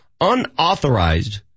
unauthorized